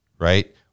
right